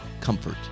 comfort